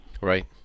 Right